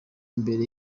mbere